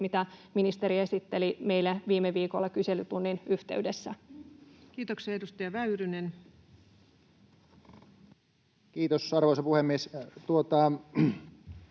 mitä ministeri esitteli meille viime viikolla kyselytunnin yhteydessä. Kiitoksia. — Edustaja Väyrynen. Kiitos, arvoisa puhemies!